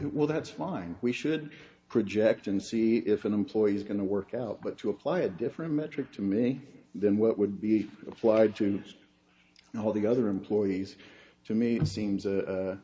well that's fine we should project and see if an employee is going to work out but to apply a different metric to me than what would be applied to all the other employees to me seems